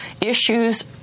issues